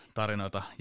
tarinoita